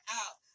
out